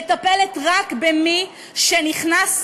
מטפלת רק במי שנכנס,